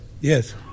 Yes